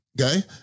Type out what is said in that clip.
Okay